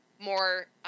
more